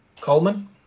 Coleman